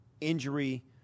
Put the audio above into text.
injury